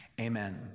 Amen